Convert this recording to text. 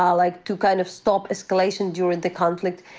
ah like, to kind of stop escalation during the conflict,